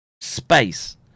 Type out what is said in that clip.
space